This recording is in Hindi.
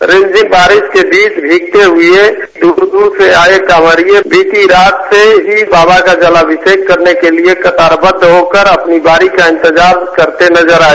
रिमझिम बारिश के बीच भीगते हुए दूर दूर से कांवरिये बीती रात से ही बाबा का जलाभिषेक करने के लिए कतारबद्व होकर अपनी बारी का इंतजार करते नजर आए